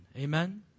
Amen